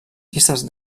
llistes